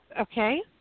Okay